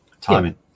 Timing